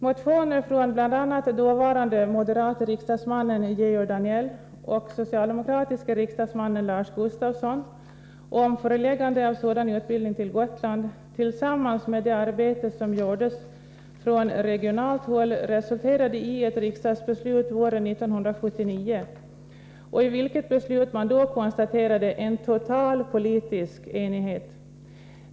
Motioner från bl.a. den dåvarande moderate riksdagsmannen Georg Danell och den socialdemokratiske riksdagsmannen Lars Gustafsson om förläggande av sådan utbildning till Gotland tillsammans med det arbete som gjordes från regionalt håll resulterade i ett riksdagsbeslut våren 1979, i vilket man då konstaterade en total politisk enighet.